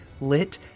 lit